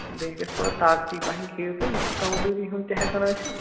بیٚیہِ گژھِ تھوڑا طاقتی پَہن کھیٚیِو تُہۍ یہِ چھُ کمزوٗری ہُنٛد تہِ ہٮ۪کان ٲسِتھ